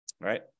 right